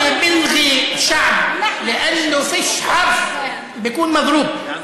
בגלל שמי שמבטל עם בגלל שאין אות הוא מדרובּ.